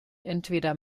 entweder